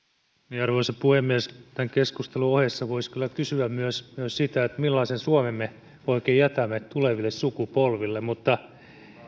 arvoisa puhemies tämän keskustelun ohessa voisi kyllä kysyä myös myös sitä millaisen suomen me oikein jätämme tuleville sukupolville mutta